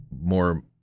more